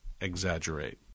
exaggerate